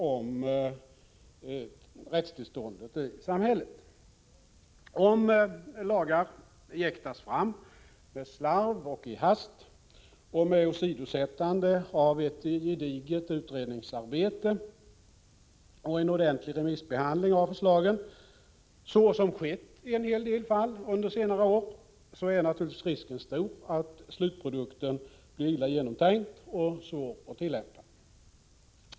Om lagar jäktas fram med slarv och i hast och med åsidosättande av ett gediget utredningsarbete och en ordentlig remissbehandling av förslagen, så som skett i en hel del fall under senare år, så är naturligtvis risken stor att slutprodukten blir illa genomtänkt och svår att tillämpa.